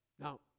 Now